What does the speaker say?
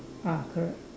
ah correct